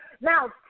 Now